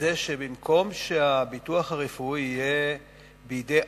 שבמקום שהביטוח הרפואי יהיה בידי עמותות,